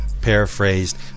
paraphrased